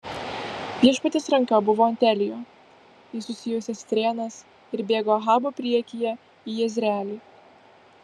viešpaties ranka buvo ant elijo jis susijuosė strėnas ir bėgo ahabo priekyje į jezreelį